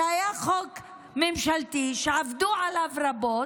שהיה חוק ממשלתי שעבדו עליו רבות,